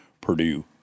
Purdue